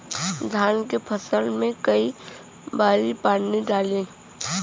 धान के फसल मे कई बारी पानी डाली?